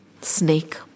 snake